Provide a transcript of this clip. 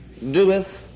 Doeth